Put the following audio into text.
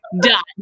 done